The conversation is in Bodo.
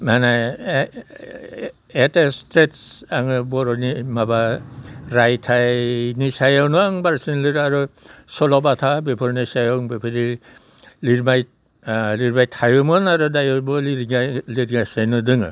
माने एत ए स्ट्रेत्स आङो बर'नि माबा रायथायनि सायावनो आं बांसिन लिरो आरो सल'बाथा बेफोरनि सायाव आं बेबायदि लिरबाय लिरबाय थायोमोन आरो दाबो लिरगासिनो दङ